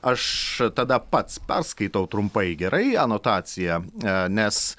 aš tada pats perskaitau trumpai gerai anotaciją nes